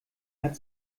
hat